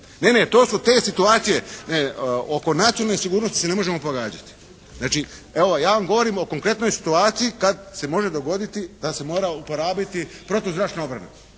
Ne, ne, to su te situacije. Oko nacionalne sigurnosti se ne možemo pogađati. Znači, evo ja vam govorim o konkretnoj situaciji kad se može dogoditi da se mora uporabiti protuzračna obrana.